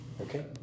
Okay